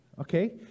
okay